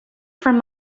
from